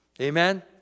Amen